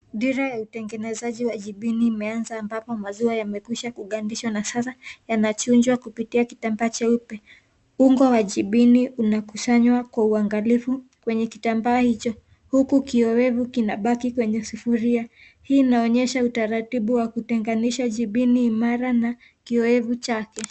Dira ya utengenezaji wa jibini umeaza ambapo maziwa yamekwisha kugandishwa na sasa yanachujwa kupitia kitambaa cheupe. Unga wa jibini unakusanywa kwa uangalifu kwenye kitambaa hicho huku kiowevu kinabaki kwenye sufuria. Hii inaonyesha utaratibu wa kutenganisha jibini imara na kiowevu chake.